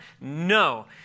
No